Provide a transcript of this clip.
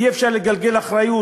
אי-אפשר לגלגל אחריות.